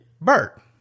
Bert